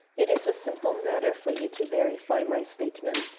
it is a simple matter for you to verify my statement.